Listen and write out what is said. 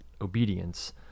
obedience